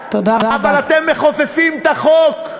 אבל אתם מכופפים את החוק.